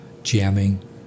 jamming